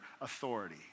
authority